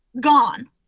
gone